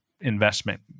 investment